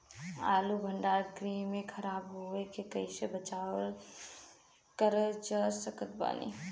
आलू भंडार गृह में खराब होवे से कइसे बचाव कर सकत बानी?